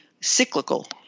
cyclical